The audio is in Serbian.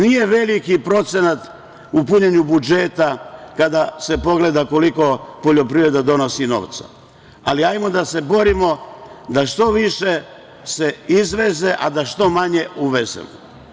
Nije veliki procenat u punjenju budžeta kada se pogleda koliko poljoprivreda donosi novca, ali ajmo da se borimo da se što više izveze, a da se što manje uveze.